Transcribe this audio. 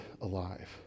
alive